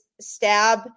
stab